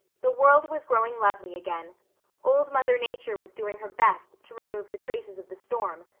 the world was growing lovely again old mother nature was doing her best to remove the traces of the storm,